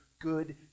good